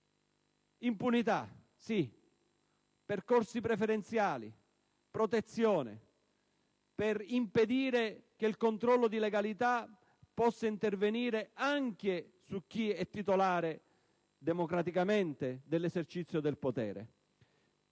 Impunità, sì, percorsi preferenziali, protezione per impedire che il controllo di legalità possa intervenire anche su chi è titolare democraticamente dell'esercizio del potere.